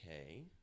Okay